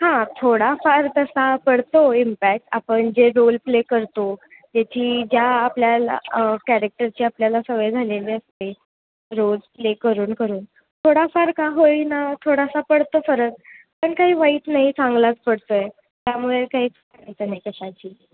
हां थोडाफार तसा पडतो इम्पॅक आपण जे रोल प्ले करतो त्याची ज्या आपल्याला कॅरेक्टरची आपल्याला सवय झालेली असते रोज प्ले करून करून थोडाफार का होई ना थोडासा पडतो फरक पण काही वाईट नाही चांगलाच पडतो आहे त्यामुळे काहीच नाही कशाची